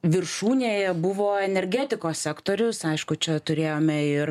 viršūnėje buvo energetikos sektorius aišku čia turėjome ir